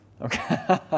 Okay